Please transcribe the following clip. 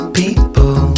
people